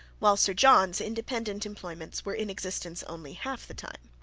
while sir john's independent employments were in existence only half the time.